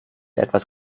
etwas